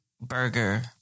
Burger